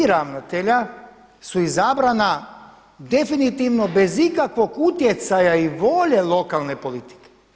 Tri ravnatelja su izabrana definitivno bez ikakvog utjecaja i volje lokalne politike.